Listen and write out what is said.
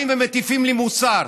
באים ומטיפים לי מוסר.